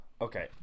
Okay